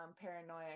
paranoia